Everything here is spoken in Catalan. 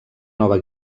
nova